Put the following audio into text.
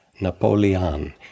Napoleon